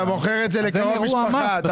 אתה מוכר את זה לקרוב משפחה.